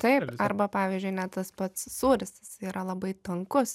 taip arba pavyzdžiui net tas pats sūris jis yra labai tankus